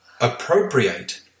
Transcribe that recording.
appropriate